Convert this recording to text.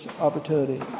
opportunity